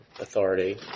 authority